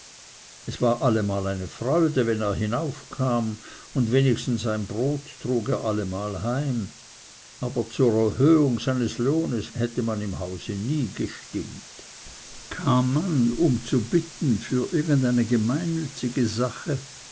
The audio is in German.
es war allemal eine freude wenn er hinauf kam und wenigstens ein brot trug er allemal heim aber zur erhöhung seines lohnes hätte man im hause nie gestimmt kam man zu bitten um irgend eine gemeinnützige sache